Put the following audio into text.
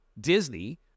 Disney